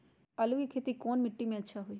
आलु के खेती कौन मिट्टी में अच्छा होइ?